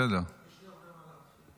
יש לי הרבה מה להתחיל.